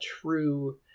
true